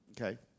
okay